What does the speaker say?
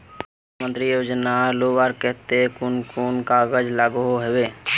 प्रधानमंत्री योजना लुबार केते कुन कुन कागज लागोहो होबे?